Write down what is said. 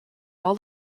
all